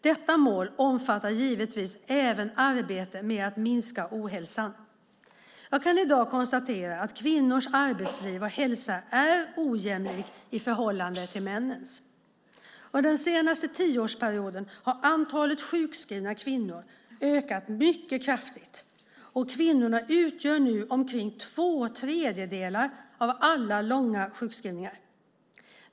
Detta mål omfattar givetvis även arbetet med att minska ohälsan. Jag kan i dag konstatera att kvinnors arbetsliv och hälsa är ojämlikt i förhållande till männens. Under den senaste tioårsperioden har antalet sjukskrivna kvinnor ökat mycket kraftigt, och kvinnorna utgör nu omkring två tredjedelar av alla långa sjukskrivningar.